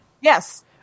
Yes